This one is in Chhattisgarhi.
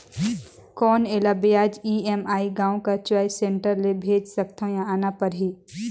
कौन एला ब्याज ई.एम.आई गांव कर चॉइस सेंटर ले भेज सकथव या आना परही?